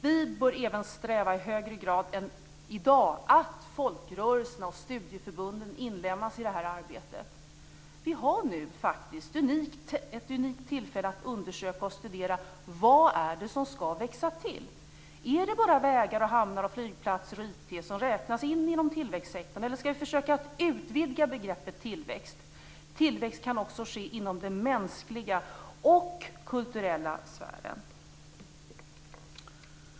Vi bör även sträva i högre grad än i dag efter att folkrörelsen och studieförbunden inlemmas i det här arbetet. Vi har nu ett unikt tillfälle att undersöka och studera vad det är som ska växa till. Är det bara vägar, hamnar, flygplatser och IT som räknas in i tillväxtsektorn? Eller ska vi försöka utvidga begreppet tillväxt? Tillväxt kan också ske inom den mänskliga och kulturella sfären.